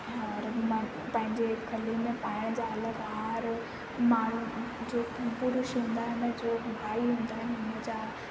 ऐं हार मां पंहिंजे गले में पाइण जा अलॻि हार माल जे पुरूष हूंदा आहिनि जो भाई हूंदा आहिनि उन जा